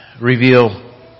reveal